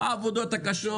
העבודות הקשות.